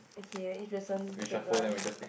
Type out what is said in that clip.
okay then each person pick one